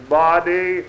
body